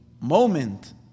moment